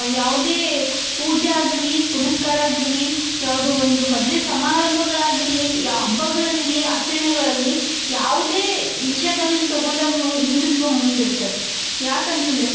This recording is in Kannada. ಯಾವುದೇ ಪೂಜೆ ಆಗಿರಲಿ ಪುನಸ್ಕಾರ ಆಗಿರಲಿ ಯಾವುದು ಒಂದು ಮದ್ವೆ ಸಮಾರಂಭಗಳು ಆಗಿರಲಿ ಯಾ ಹಬ್ಬಗಳಾಗಿರಲಿ ಆಚರಣೆಗಳಾಗ್ಲಿ ಯಾವುದೇ ವಿಷ್ಯದಲ್ಲಿ ತಗೊಂಡಾಗ್ನೂ ಹಿಂದುತ್ವ ಮುಂದೆ ಇರುತ್ತ ಯಾಕಂತಂದರೆ